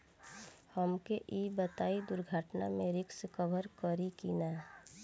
हमके ई बताईं दुर्घटना में रिस्क कभर करी कि ना?